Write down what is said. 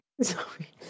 Sorry